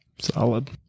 Solid